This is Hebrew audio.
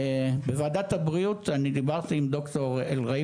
בוועדת הבריאות אני דיברתי עם ד"ר אלרעי